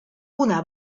una